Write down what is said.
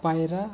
ᱯᱟᱭᱨᱟ